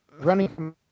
running